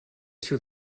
too